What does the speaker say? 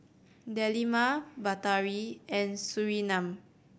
Delima Batari and Surinam